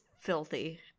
filthy